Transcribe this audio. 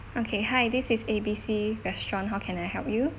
okay hi this is A B C restaurant how can I help you